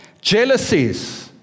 jealousies